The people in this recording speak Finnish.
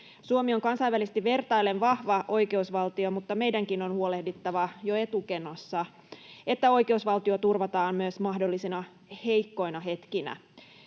Suomi on kansainvälisesti vertaillen vahva oikeusvaltio, mutta meidänkin on huolehdittava jo etukenossa, että oikeusvaltio turvataan myös mahdollisina heikkoina hetkinä.